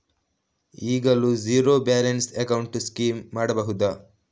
ಈಗಲೂ zero balance account scheme ಮಾಡಬಹುದಾ?